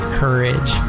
courage